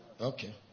Okay